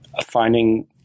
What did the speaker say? finding